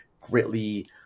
greatly